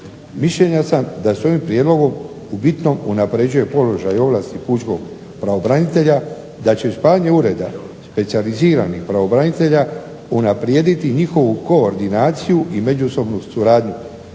Mišljenja sam da sa ovim prijedlogom u bitnom unapređuje položaj i ovlasti pučkog pravobranitelja da će spajanjem ureda specijaliziranih pravobranitelja unaprijediti njihovu koordinaciju i međusobnu suradnju.